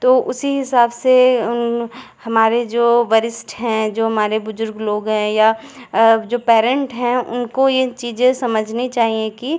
तो उसी हिसाब से उन हमारे जो वरिष्ठ हैं जो हमारे बुजुर्ग लोग हैं या जो पैरेन्ट हैं उनको ये चीज़ें समझनी चाहिए कि